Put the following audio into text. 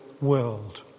world